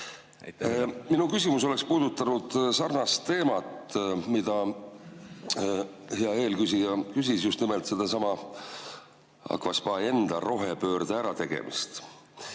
Minu küsimus oleks puudutanud sarnast teemat, mida hea eelküsija küsis, just nimelt sedasama Aqva Spa enda rohepöörde ärategemist.